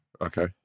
Okay